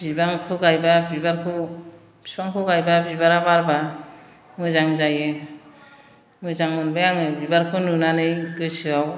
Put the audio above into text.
बिबारखौ गायोबा बिबारखौ बिफांखौ गायोबा बिबारा बारोबा मोजां जायो मोजां मोनबाय आङो बिबारखौ नुनानै गोसोआव